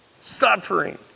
suffering